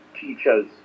teachers